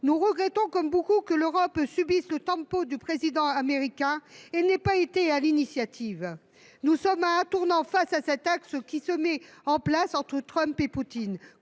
Nous regrettons, comme beaucoup, que l’Europe subisse le tempo du président américain et n’ait pas été à l’initiative. Nous sommes à un tournant, face à cet axe qui se met en place entre Trump et Poutine.